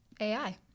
AI